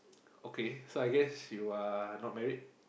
okay so I guess you are not married